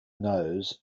nose